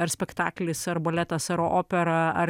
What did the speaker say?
ar spektaklis ar baletas ar opera ar